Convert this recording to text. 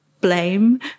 blame